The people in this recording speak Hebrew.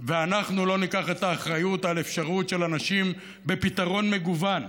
ואנחנו לא ניקח את האחריות על אפשרות של אנשים בפתרון מגוון,